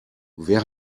wer